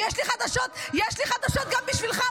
ויש לי חדשות גם בשבילך,